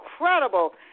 incredible